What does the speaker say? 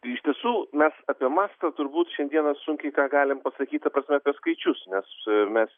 tai iš tiesų mes apie mastą turbūt šiandieną sunkiai ką galim pasakyt ta prasme apie skaičius nes mes